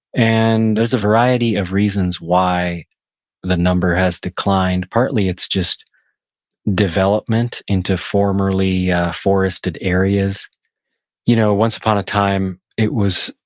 and there's a variety of reasons why the number has declined. partly, it's just development into formerly forested areas you know once upon a time, it was,